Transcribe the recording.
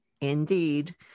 Indeed